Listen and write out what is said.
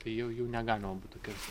tai jau jų negalima būtų